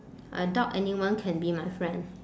I doubt anyone can be my friend